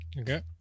Okay